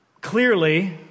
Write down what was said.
clearly